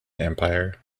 empire